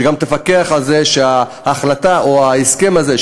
וגם תפקח על זה שההחלטה או ההסכם הזה,